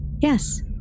Yes